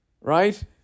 right